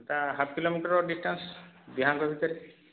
ସେଇଟା half kilometre distance ଦିହାଁଙ୍କ ଭିତରେ